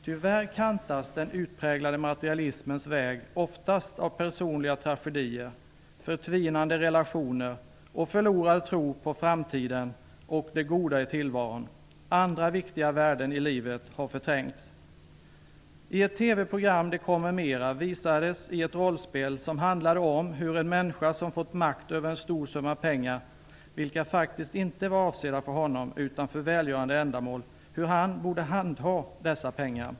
Tyvärr kantas den utpräglade materialismens väg oftast av personliga tragedier, förtvinande relationer och en förlorad tro på framtiden och det goda i tillvaron. Andra viktiga värden i livet har förträngts. I ett TV-program, Det kommer mera, visades ett rollspel som handlade om hur en människa som hade fått makt över en stor summa pengar, vilka faktiskt inte var avsedda för honom utan för välgörande ändamål, borde handha dessa pengar.